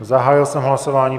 Zahájil jsem hlasování.